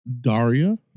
Daria